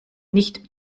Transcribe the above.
nicht